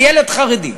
לילד חרדי,